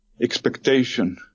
expectation